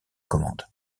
commande